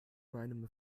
meinem